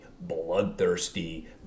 bloodthirsty